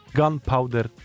Gunpowder